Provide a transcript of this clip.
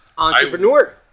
Entrepreneur